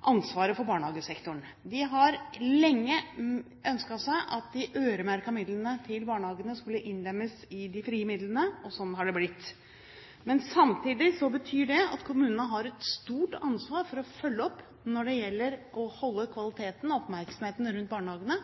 ansvaret for barnehagesektoren. De har lenge ønsket at de øremerkede midlene til barnehagene skulle innlemmes i de frie midlene, og sånn har det blitt. Men samtidig betyr det at kommunene har et stort ansvar for å følge opp når det gjelder å holde kvaliteten og oppmerksomheten rundt barnehagene.